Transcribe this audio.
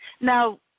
Now